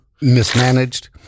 mismanaged